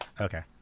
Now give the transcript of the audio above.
Okay